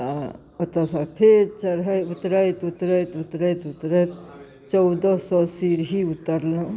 ओतऽसँ फेर चढ़ैत उतरैत उतरैत उतरैत उतरैत चौदह सओ सीढ़ी उतरलहुँ